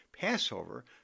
Passover